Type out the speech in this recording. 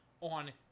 on